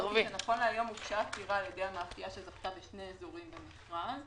נכון להיום הוגשה עתירה על-ידי המאפייה שזכתה בשני אזורים במכרז